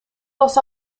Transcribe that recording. bus